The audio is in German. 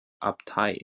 abtei